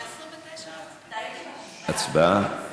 אדוני היושב-ראש הצבעה,